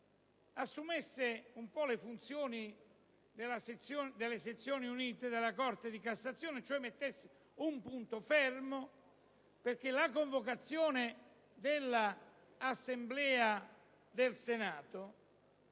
assuma un po' le funzioni delle sezioni unite della Corte di cassazione e, quindi, metta un punto fermo. Infatti, la convocazione dell'Assemblea del Senato